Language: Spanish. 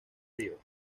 prior